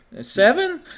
seven